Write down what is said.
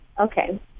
Okay